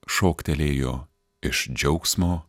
šoktelėjo iš džiaugsmo